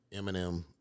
Eminem